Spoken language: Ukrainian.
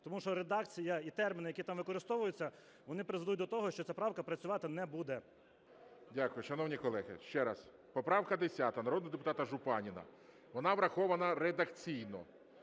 Тому що редакція і терміни, які там використовуються, вони призведуть до того, що ця правка працювати не буде. ГОЛОВУЮЧИЙ. Дякую. Шановні колеги, ще раз, поправка 10 народного депутата Жупанина, вона врахована редакційно.